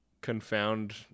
confound